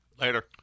Later